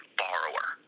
borrower